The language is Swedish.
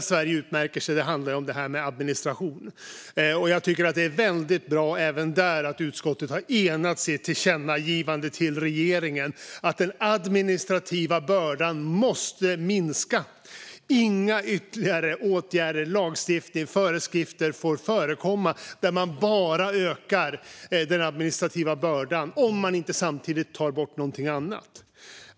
Sverige utmärker sig också när det gäller administration. Jag tycker att det är väldigt bra att utskottet även här har enats om att föreslå ett tillkännagivande till regeringen om att den administrativa bördan måste minska. Det får inte förekomma ytterligare åtgärder, lagstiftning eller föreskrifter där man bara ökar den administrativa bördan om man inte samtidigt tar bort någonting annat.